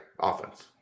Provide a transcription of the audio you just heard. Offense